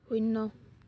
শূন্য